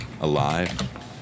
alive